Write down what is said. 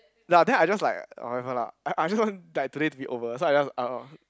ya then I just like whatever lah I I just want like today be over so I just uh uh